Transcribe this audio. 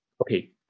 okay